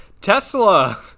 Tesla